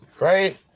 right